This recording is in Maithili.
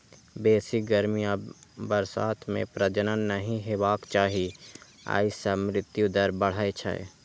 बेसी गर्मी आ बरसात मे प्रजनन नहि हेबाक चाही, अय सं मृत्यु दर बढ़ै छै